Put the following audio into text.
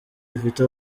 bifite